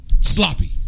Sloppy